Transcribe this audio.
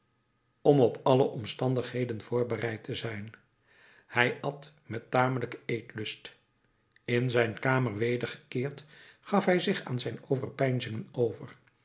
om op alle omstandigheden voorbereid te zijn hij at met tamelijken eetlust in zijn kamer wedergekeerd gaf hij zich aan zijn overpeinzingen over